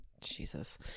jesus